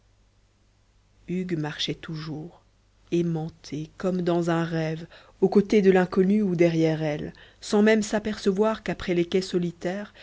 hugues marchait toujours aimanté comme dans un rêve aux côtés de l'inconnue ou derrière elle sans même s'apercevoir qu'après les quais solitaires